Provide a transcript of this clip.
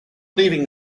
leaving